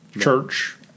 church